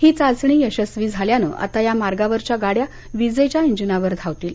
ही चाचणी यशस्वी झाल्यानं आता या मार्गावरच्या गाड्या विजेच्या इंजिनावर धावतील